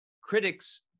critics